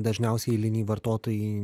dažniausiai eiliniai vartotojai